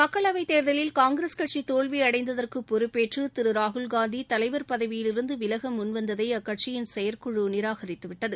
மக்களவைத் தேர்தலில் காங்கிரஸ் கட்சி தோல்வி அடைந்ததற்கு பொறுப்பேற்று திரு ராகுல்காந்தி தலைவர் பதவியிலிருந்து விலக முன்வந்ததை அக்கட்சியின் செயற்குழு நிராகரித்து விட்டது